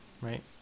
right